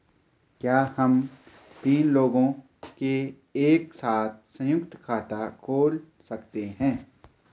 क्या हम तीन लोग एक साथ सयुंक्त खाता खोल सकते हैं?